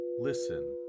listen